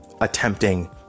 attempting